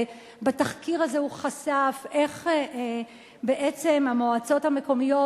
ובתחקיר הזה הוא חשף איך בעצם המועצות המקומיות,